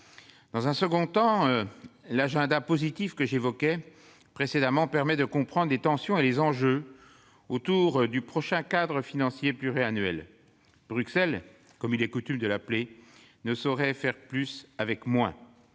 de l'accord de Paris. L'agenda positif que j'évoquais précédemment permet de comprendre les tensions et les enjeux entourant le prochain cadre financier pluriannuel. Bruxelles, comme il est coutume de l'appeler, ne saurait faire plus avec moins.